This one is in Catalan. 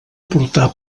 portar